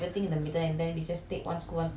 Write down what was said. we make it into satti soru sorru extra